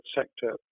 sector